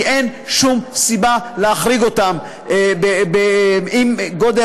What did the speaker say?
כי אין שום סיבה להחריג אותם אם גודל